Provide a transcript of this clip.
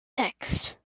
text